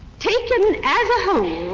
taken as a whole,